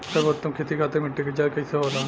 सर्वोत्तम खेती खातिर मिट्टी के जाँच कईसे होला?